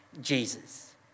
Jesus